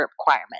requirement